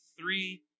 three